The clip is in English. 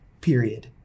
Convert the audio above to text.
period